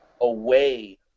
away